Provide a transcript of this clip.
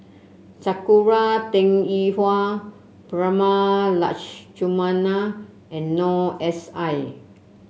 Sakura Teng Ying Hua Prema Letchumanan and Noor S I